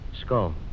Skull